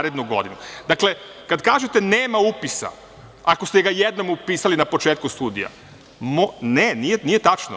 Dakle, kada kažete nema upisa ako ste ga jednom upisali na početku studija, nije tačno.